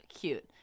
Cute